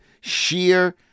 sheer